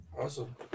Awesome